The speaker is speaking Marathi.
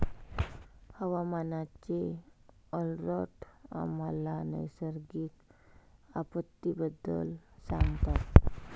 हवामानाचे अलर्ट आम्हाला नैसर्गिक आपत्तींबद्दल सांगतात